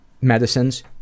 medicines